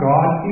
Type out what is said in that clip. God